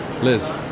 Liz